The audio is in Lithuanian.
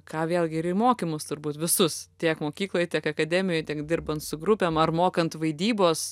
ką vėlgi ir į mokymus turbūt visus tiek mokykloj tiek akademijoj tiek dirbant su grupėm ar mokant vaidybos